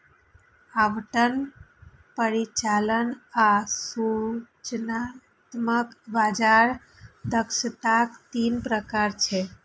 आवंटन, परिचालन आ सूचनात्मक बाजार दक्षताक तीन प्रकार छियै